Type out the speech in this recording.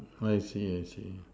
I see I see